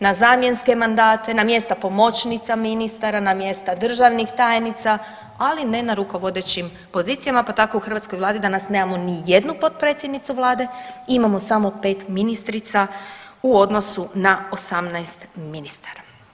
Na zamjenske mandate, na mjesta pomoćnica ministara, na mjesta državnih tajnica, ali ne na rukovodećim pozicijama, pa tako u hrvatskoj vladi danas nemamo ni jednu potpredsjednicu vlade imamo samo 5 ministrica u odnosu na 18 ministara.